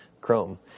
Chrome